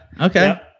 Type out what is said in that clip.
okay